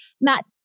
Matt